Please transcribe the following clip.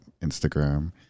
Instagram